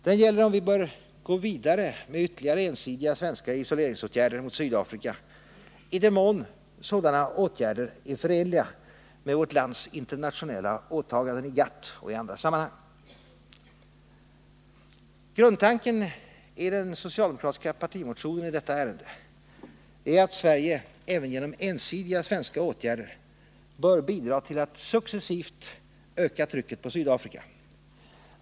Den gäller om vi bör gå vidare med ytterligare ensidiga svenska isoleringsåtgärder mot Sydafrika i den mån sådana åtgärder är förenliga med vårt lands internationella åtaganden i GATT och i andra sammanhang. Grundtanken i den socialdemokratiska partimotionen i detta ärende är att Sverige även genom ensidiga svenska åtgärder bör bidra till att successivt öka trycket på Sydafrika.